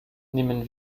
nehmen